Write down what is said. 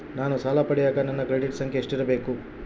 ನಾನು ಸಾಲ ಪಡಿಯಕ ನನ್ನ ಕ್ರೆಡಿಟ್ ಸಂಖ್ಯೆ ಎಷ್ಟಿರಬೇಕು?